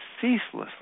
ceaselessly